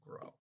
grow